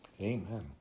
amen